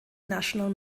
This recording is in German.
national